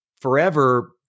forever